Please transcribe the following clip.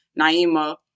Naima